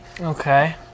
Okay